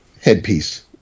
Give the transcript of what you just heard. headpiece